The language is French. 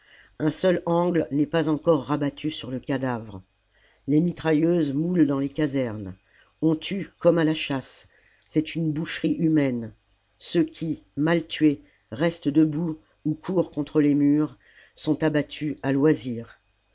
un seul angle n'est pas encore rabattu sur le cadavre les mitrailleuses moulent dans les casernes on tue comme à la chasse c'est une boucherie humaine ceux qui mal tués restent debout ou courent contre les murs sont abattus à loisir